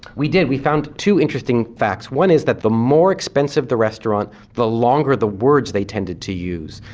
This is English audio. we did, we found two interesting facts. one is that the more expensive the restaurant, the longer the words they tended to use.